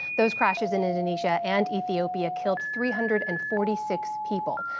those crashes in indonesia and ethiopia killed three hundred and forty six people.